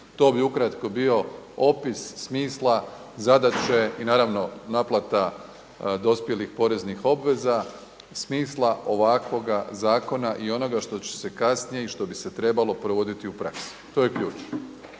To bi ukratko bio opis smisla zadaće i naravno naplata dospjelih poreznih obveza, smisla ovakvoga zakona i onoga što će se kasnije i što bi se trebalo provoditi u praksi. To je ključ.